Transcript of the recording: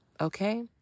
Okay